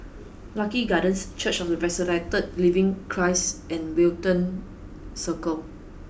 Lucky Gardens Church of the Resurrected Living Christ and Wellington Circle